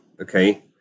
okay